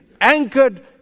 anchored